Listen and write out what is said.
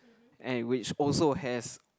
and which also has